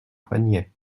poignet